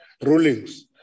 rulings